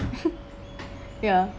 ya